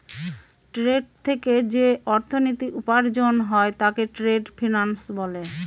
trade থেকে যে অর্থনীতি উপার্জন হয় তাকে ট্রেড ফিন্যান্স বলে